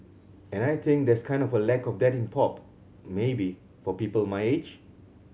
and I think there's kind of a lack of that in pop maybe for people my age